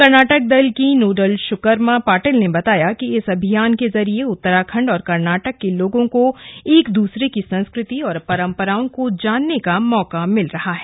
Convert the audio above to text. कर्नाटक दल के नोडल शुकर्मा पाटिल ने बताया कि इस अभियान के जरिए उत्तराखंड और कर्नाटक के लोगों को एकदूसरे की संस्कृति और परंपराओं को जानने का मौका मिल रहा है